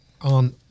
on